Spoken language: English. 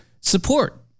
support